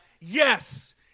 Yes